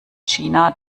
gina